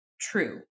true